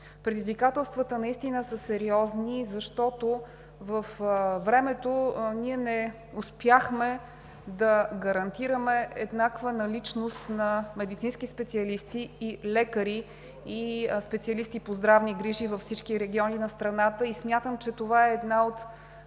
Предизвикателствата наистина са сериозни, защото във времето ние не успяхме да гарантираме еднаква наличност на медицински специалисти, и лекари, и специалисти по здравни грижи във всички региони на страната. Смятам, че това е един от